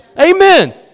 Amen